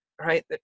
right